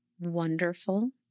wonderful